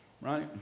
right